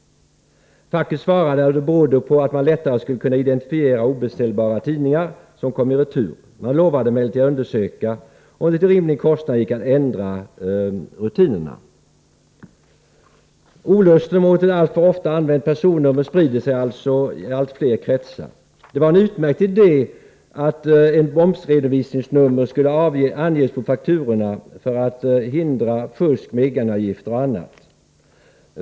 Facket svarade att det berodde på att man lättare skulle kunna identifiera obeställbara tidningar som kom i retur. Man lovade emellertid undersöka om det till rimlig kostnad gick att ändra rutinerna. Olusten mot att alltför ofta använda personnumren sprider sig i allt fler kretsar. Det var en utmärkt idé att ett momsredovisningsnummer skulle anges på fakturan för att hindra fusk med egenavgifter och annat.